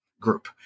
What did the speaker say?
group